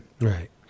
Right